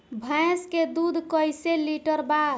भैंस के दूध कईसे लीटर बा?